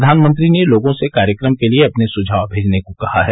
प्रधानमंत्री ने लोगों से कार्यक्रम के लिए अपने सुझाव भेजने को कहा है